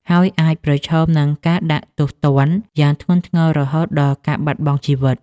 ហើយអាចប្រឈមនឹងការដាក់ទោសទណ្ឌយ៉ាងធ្ងន់ធ្ងររហូតដល់ការបាត់បង់ជីវិត។